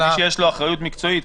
מי שיש לו אחריות מקצועית,